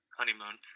honeymoon